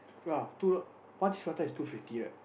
twelve two one cheese prata is two fifty right